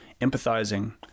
empathizing